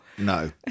No